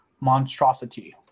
monstrosity